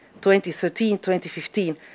2013-2015